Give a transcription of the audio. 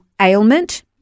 ailment